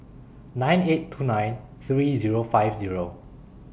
nine eight two nine three Zero five Zero